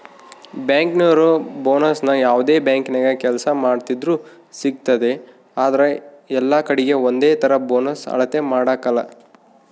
ಬ್ಯಾಂಕಿನೋರು ಬೋನಸ್ನ ಯಾವ್ದೇ ಬ್ಯಾಂಕಿನಾಗ ಕೆಲ್ಸ ಮಾಡ್ತಿದ್ರೂ ಸಿಗ್ತತೆ ಆದ್ರ ಎಲ್ಲಕಡೀಗೆ ಒಂದೇತರ ಬೋನಸ್ ಅಳತೆ ಮಾಡಕಲ